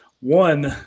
one